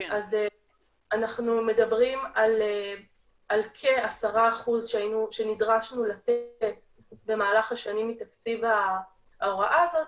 אז אנחנו מדברים על כ-10% שנדרשנו לתת במהלך השנים מתקציב ההוראה הזאת,